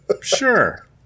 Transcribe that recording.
Sure